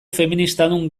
feministadun